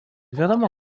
wiadomo